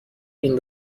این